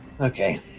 Okay